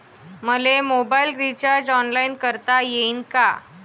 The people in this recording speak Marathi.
मले मोबाईल रिचार्ज ऑनलाईन करता येईन का?